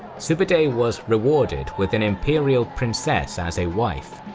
sube'etei was rewarded with an imperial princess as a wife.